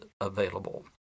available